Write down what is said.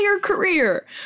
career